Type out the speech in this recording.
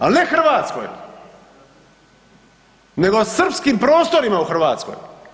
Ali ne Hrvatskoj, nego srpskim prostorima u Hrvatskoj.